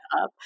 up